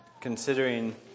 considering